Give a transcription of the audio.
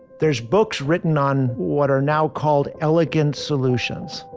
there's books written on what are now called elegant solutions.